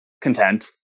content